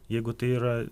jeigu tai yra